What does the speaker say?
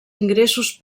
ingressos